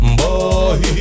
boy